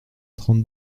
trente